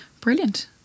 Brilliant